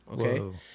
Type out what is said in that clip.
okay